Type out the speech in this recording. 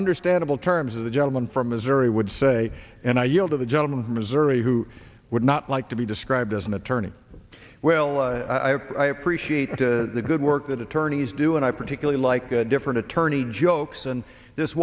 understandable terms of the gentleman from missouri would say and i yield to the gentleman of missouri who would not like to be described as an attorney well i i i appreciate the good work that attorneys do and i particularly like different attorney jokes and this